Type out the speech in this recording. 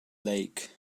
lake